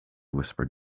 whispered